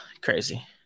crazy